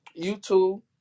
YouTube